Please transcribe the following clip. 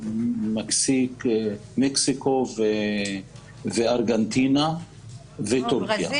מקסיקו וארגנטינה --- ברזיל,